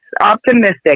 optimistic